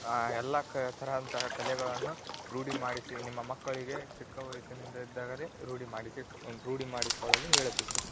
ಎಲ್ಲ ಕ ಥರದಂತಹ ಕಲೆಗಳನ್ನು ರೂಢಿ ಮಾಡಿಸಿ ನಿಮ್ಮ ಮಕ್ಕಳಿಗೆ ಚಿಕ್ಕ ವಯಸ್ಸಿನಿಂದಿದ್ದಾಗಲೇ ರೂಢಿ ಮಾಡಿಸಿ ರೂಢಿ ಮಾಡಿಕೊಳ್ಳಲು ಹೇಳಬೇಕು